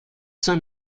saint